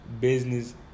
business